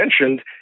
mentioned